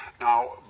Now